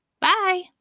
Bye